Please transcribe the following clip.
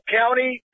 county